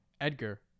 edgar